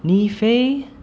你肥